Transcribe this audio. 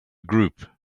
group